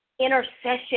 intercession